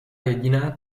jediná